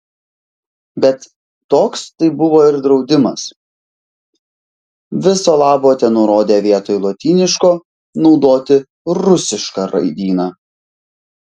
bet toks tai buvo ir draudimas viso labo tenurodė vietoj lotyniško naudoti rusišką raidyną